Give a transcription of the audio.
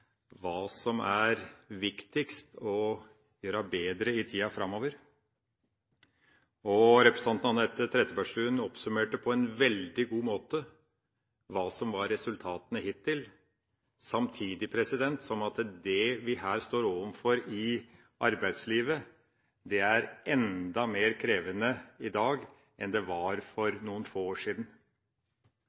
hva som er viktigst å gjøre bedre i tida framover. Representanten Anette Trettebergstuen oppsummerte på en veldig god måte hva som var resultatene hittil, samtidig som det vi står overfor i arbeidslivet, er enda mer krevende i dag enn det var for noen få år siden.